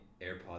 AirPods